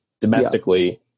domestically